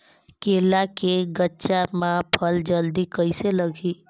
केला के गचा मां फल जल्दी कइसे लगही?